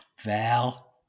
Val